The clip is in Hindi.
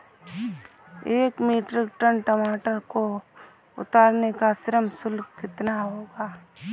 एक मीट्रिक टन टमाटर को उतारने का श्रम शुल्क कितना होगा?